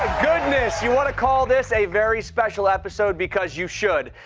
goodness. you want to call this a very special episode because you should.